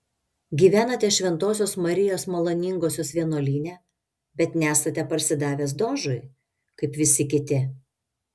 gyvenate šventosios marijos maloningosios vienuolyne bet nesate parsidavęs dožui kaip visi kiti